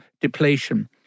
depletion